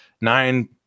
nine